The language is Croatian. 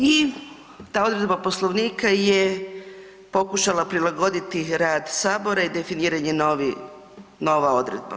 I ta odredba Poslovnika je pokušala prilagoditi rad sabora i definiranje novi, nova odredba.